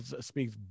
speaks